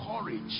courage